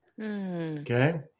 Okay